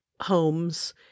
homes